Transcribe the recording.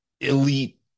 elite